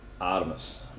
Artemis